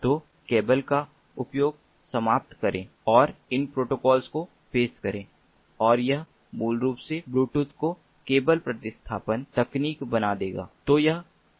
तो केबल का उपयोग समाप्त करें और इन प्रोटोकॉल को पेश करें और यह मूल रूप से ब्लूटूथ को केबल प्रतिस्थापन तकनीक बना देगा